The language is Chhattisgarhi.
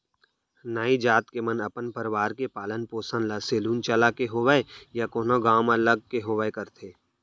नाई जात के मन अपन परवार के पालन पोसन ल सेलून चलाके होवय या कोनो गाँव म लग के होवय करथे